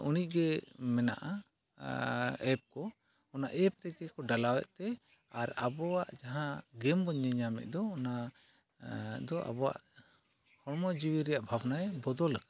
ᱩᱱᱤᱜᱮ ᱢᱮᱱᱟᱜᱼᱟ ᱟᱨ ᱮᱯ ᱠᱚ ᱚᱱᱟ ᱮᱯ ᱨᱮᱜᱮᱠᱚ ᱰᱟᱞᱟᱣᱮᱫᱛᱮ ᱟᱨ ᱟᱵᱚᱣᱟᱜ ᱡᱟᱦᱟᱸ ᱜᱮᱢ ᱵᱚᱱ ᱧᱮᱧᱟᱢᱮᱫ ᱫᱚ ᱚᱱᱟ ᱫᱚ ᱟᱵᱚᱣᱟᱜ ᱦᱚᱲᱢᱚ ᱡᱤᱣᱤ ᱨᱮᱭᱟᱜ ᱵᱷᱟᱵᱽᱱᱟᱭ ᱰᱚᱫᱚᱞᱟᱠᱟᱜᱼᱟ